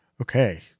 Okay